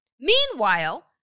meanwhile